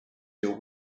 deal